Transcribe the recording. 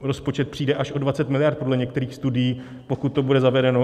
Rozpočet přijde až o 20 mld. podle některých studií, pokud to bude zavedeno.